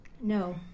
no